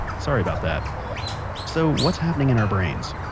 sorry about that so, what's happening in our brain? so